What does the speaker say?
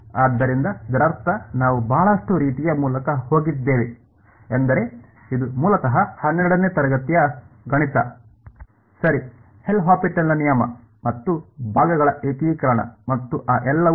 ಆದ್ದರಿಂದ ಇದರರ್ಥ ನಾವು ಬಹಳಷ್ಟು ರೀತಿಯ ಮೂಲಕ ಹೋಗಿದ್ದೇವೆ ಎಂದರೆ ಇದು ಮೂಲತಃ 12 ನೇ ತರಗತಿಯ ಗಣಿತ ಸರಿ ಎಲ್'ಹಾಪಿಟಲ್ನL'Hopital's ನಿಯಮ ಮತ್ತು ಭಾಗಗಳ ಏಕೀಕರಣ ಮತ್ತು ಆ ಎಲ್ಲವೂ ಸರಿ